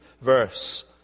verse